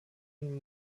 den